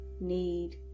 need